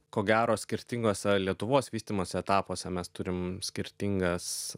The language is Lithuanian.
ko gero skirtinguose lietuvos vystymosi etapuose mes turim skirtingas